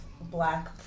black